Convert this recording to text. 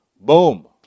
Boom